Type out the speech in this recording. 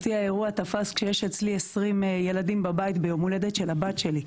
אותי האירוע תפס כשיש אצלי 20 ילדים בבית ביום הולדת של הבת שלי.